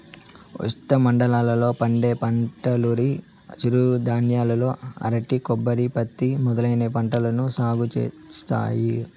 ఉష్ణమండలాల లో పండే పంటలువరి, చిరుధాన్యాలు, అరటి, కొబ్బరి, పత్తి మొదలైన పంటలను సాగు చేత్తారు